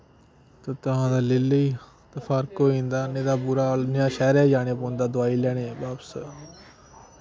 ते तां ते ले लेई ते फर्क होई जंदा निं तां बुरा हाल निं तां शैह्रें जाने पौंदा दोआई लैने बापस